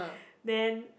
then